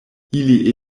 ili